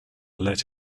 let